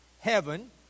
heaven